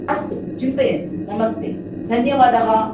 अस्तु चिन्तयन्तु नमस्ते धन्यवादः